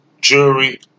jewelry